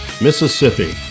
Mississippi